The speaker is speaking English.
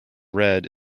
red